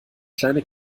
kleine